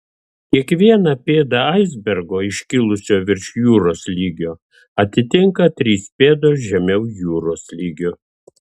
kiekvieną pėdą aisbergo iškilusio virš jūros lygio atitinka trys pėdos žemiau jūros lygio